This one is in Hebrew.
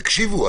תקשיבו,